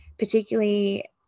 particularly